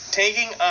taking